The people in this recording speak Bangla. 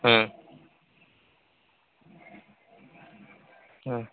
হুম হুম